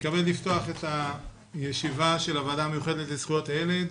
אני מתכבד לפתוח את הישיבה של הוועדה המיוחדת לזכויות הילד.